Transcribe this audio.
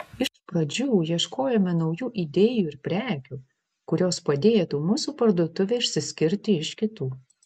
iš pradžių ieškojome naujų idėjų ir prekių kurios padėtų mūsų parduotuvei išsiskirti iš kitų